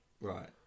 Right